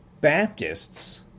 Baptists